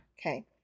Okay